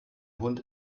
hund